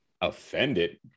Offended